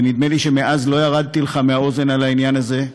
ונדמה לי שמאז לא ירדתי לך מהאוזן בעניין הזה.